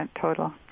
total